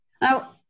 Now